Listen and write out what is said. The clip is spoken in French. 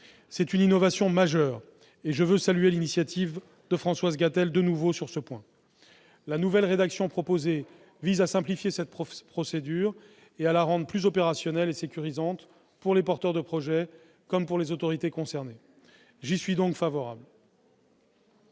d'une innovation majeure, et je veux de nouveau saluer l'initiative de Françoise Gatel sur ce point. La nouvelle rédaction proposée par cet amendement vise à simplifier la procédure et à la rendre plus opérationnelle et sécurisante pour les porteurs de projet comme pour les autorités concernées. J'y suis donc favorable.